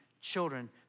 children